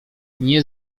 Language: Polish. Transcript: nie